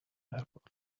airport